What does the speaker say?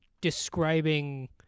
describing